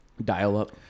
dial-up